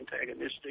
antagonistic